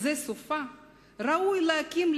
זה סופה,/ ראוי להקים,